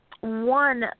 one